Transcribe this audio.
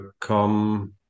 come